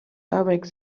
arabic